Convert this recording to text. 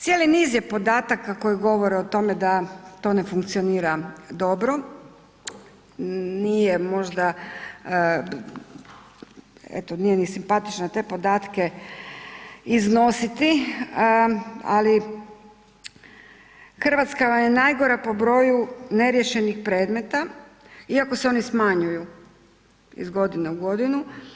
Cijeli niz je podataka koji govore o tome da to ne funkcionira dobro, nije možda eto nije ni simpatično te podatke iznositi ali Hrvatska vam je najgora po broju neriješenih predmeta iako se oni smanjuju iz godine u godinu.